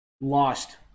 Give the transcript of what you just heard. lost